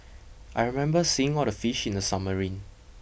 I remember seeing all the fish in the submarine